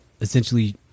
essentially